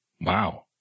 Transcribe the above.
Wow